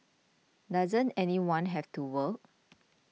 doesn't anyone have to work